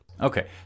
Okay